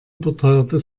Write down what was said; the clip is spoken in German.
überteuerte